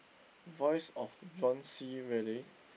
voice of John-C-Reilley